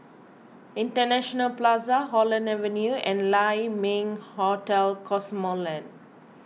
International Plaza Holland Avenue and Lai Ming Hotel Cosmoland